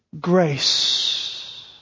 grace